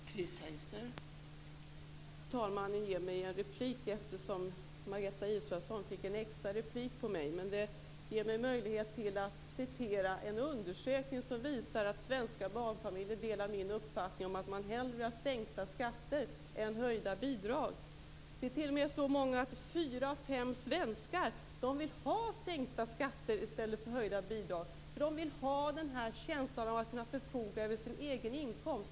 Fru talman! Jag är glad att talmannen ger mig en replik, eftersom Margareta Israelsson fick en extra replik på mitt anförande. Det ger mig möjlighet att referera till en undersökning som visar att svenska barnfamiljer delar min uppfattning om att det är bättre med sänkta skatter än höjda bidrag. Fyra av fem svenskar vill ha sänkta skatter i stället för höjda bidrag. De vill ha känslan av att kunna förfoga över sin egen inkomst.